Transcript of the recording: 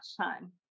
time